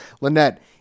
Lynette